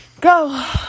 Go